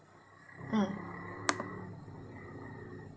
mm